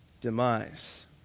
demise